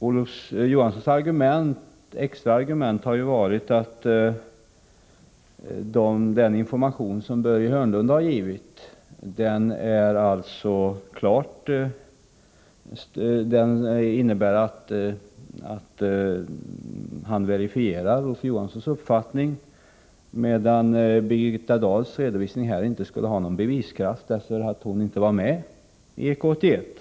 Olof Johanssons extra argument har varit att den information som Börje Hörnlund har givit innebär att han verifierar Olof Johanssons uppfattning, medan Birgitta Dahls redovisning här inte skulle ha någon beviskraft, eftersom hon inte var medi EK 81.